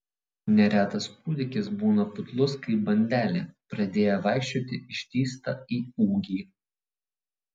neretas kūdikis būna putlus kaip bandelė pradėję vaikščioti ištįsta į ūgį